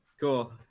cool